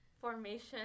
formation